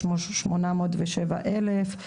יש 807,000,